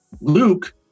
Luke